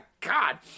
God